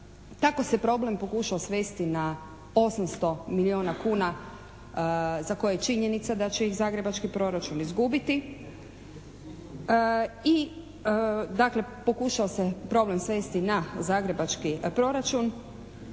Tako se problem pokušao svesti na 800 milijuna kuna za koje činjenica da će ih zagrebački proračun izgubiti i, dakle, pokušao se problem svesti na zagrebački proračun